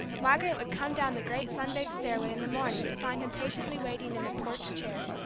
margaret would come down the great sun-bathed stairway in the morning to find him patiently waiting in a porch chair.